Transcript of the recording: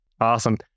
Awesome